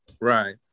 Right